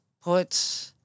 put –